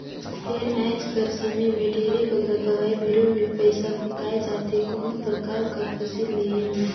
फेर आएज कर समे में ढेरे बगरा दवई बीरो में पइसा फूंकाए जाथे कोनो परकार कर फसिल लेहे में